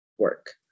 Work